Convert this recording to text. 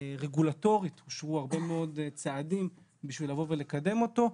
רגולטורית אושרו הרבה מאוד צעדים בשביל לבוא ולקדם אותו.